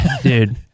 Dude